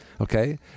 okay